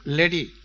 lady